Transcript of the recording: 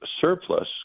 surplus